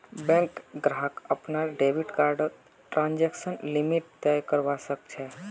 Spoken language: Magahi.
बैंक ग्राहक अपनार डेबिट कार्डर ट्रांजेक्शन लिमिट तय करवा सख छ